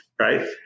Right